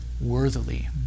worthily